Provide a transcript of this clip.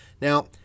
Now